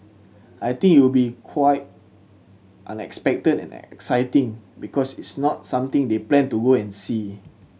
I think you'll be quite unexpected and exciting because it's not something they plan to go and see